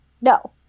No